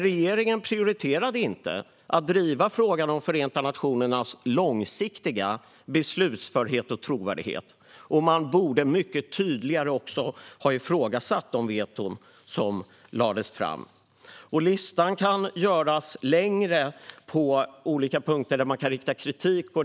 Regeringen prioriterade dock inte att driva frågan om Förenta nationernas långsiktiga beslutsförhet och trovärdighet. Man borde också mycket tydligare ha ifrågasatt de veton som lades fram. Listan över punkter där man kan rikta kritik kan göras längre.